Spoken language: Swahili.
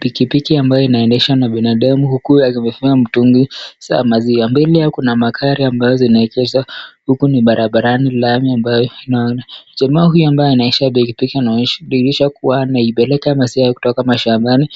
Pikipiki ambayo inaendeshwa na binadamu huku akibeba mitungi za maziwa mbele yao kuna magari ambayo zinaendeshwa. Huku ni barabarani lami ambayo tunaona. Jamaa huyu anaonyesha kuwa anapeleka maziwa kutoka mashambani